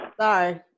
sorry